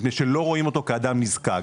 מפני שלא רואים אותו כאדם נזקק.